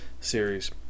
series